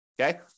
Okay